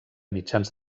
mitjans